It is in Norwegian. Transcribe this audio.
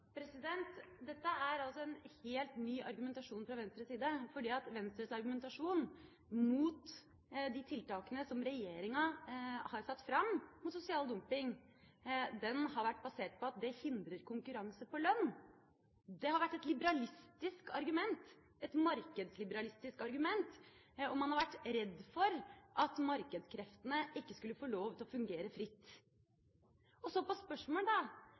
Dette er altså en helt ny argumentasjon fra Venstres side, fordi Venstres argumentasjon mot de tiltakene som regjeringa kom med mot sosial dumping, har vært basert på at det hindrer konkurranse på lønn. Det har vært et liberalistisk argument – et markedsliberalistisk argument – og man har vært redd for at markedskreftene ikke skulle få lov til å fungere fritt. Og så, på